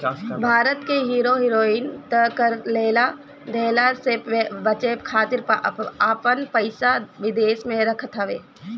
भारत के hero heroine त कर देहला से बचे खातिर आपन पइसा विदेश में रखत हवे